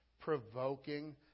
provoking